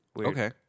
Okay